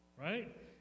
right